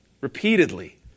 repeatedly